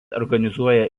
organizuoja